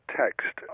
text